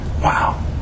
Wow